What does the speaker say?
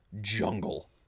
jungle